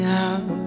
out